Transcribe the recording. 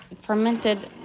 fermented